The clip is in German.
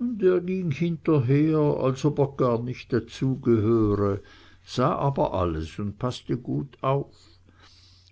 der ging hinterher als ob er gar nicht zugehöre sah aber alles und paßte gut auf